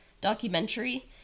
Documentary